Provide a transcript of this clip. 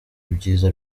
ibyiza